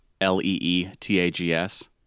L-E-E-T-A-G-S